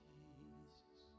Jesus